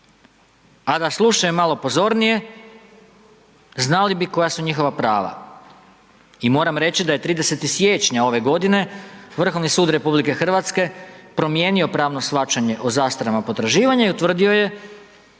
A da slušaju malo pozornije znali bi koja su njihova prava i moram reći da je 30. siječnja ove godine Vrhovni sud RH promijenio pravno shvaćanje o zastarama potraživanja i utvrdio je